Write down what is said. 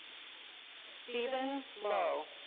steven lo.